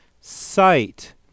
sight